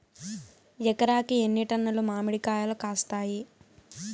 ఎకరాకి ఎన్ని టన్నులు మామిడి కాయలు కాస్తాయి?